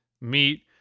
meat